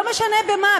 לא משנה במה,